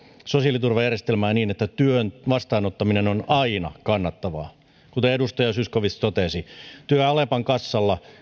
sosiaaliturvajärjestelmää niin että työn vastaanottaminen on aina kannattavaa kuten edustaja zyskowicz totesi kannattaa mieluummin ottaa työ alepan kassalla